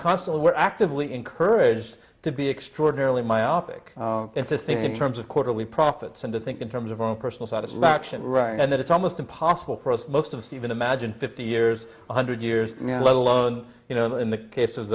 constantly were actively encouraged to be extraordinarily myopic and to think in terms of quarterly profits and to think in terms of our own personal satisfaction right and that it's almost impossible for us most of stephen imagine fifty years one hundred years let alone you know in the case of